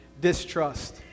distrust